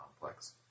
complex